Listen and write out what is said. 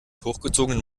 hochgezogenen